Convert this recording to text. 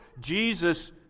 Jesus